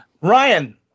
Ryan